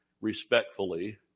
respectfully